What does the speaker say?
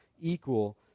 equal